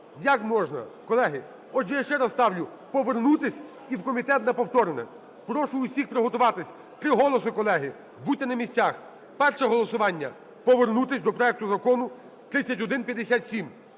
як можна? Колеги, отже, я ще раз ставлю повернутись і в комітет на повторне. Прошу усіх приготуватись, три голоси, колеги, будьте на місцях. Перше голосування – повернутись до проекту Закону 3157.